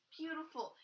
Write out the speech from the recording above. beautiful